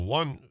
one